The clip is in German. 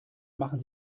machen